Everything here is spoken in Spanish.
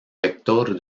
vector